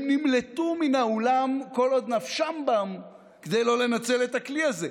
הם נמלטו מהאולם כל עוד נפשם בם כדי לא לנצל את הכלי הזה.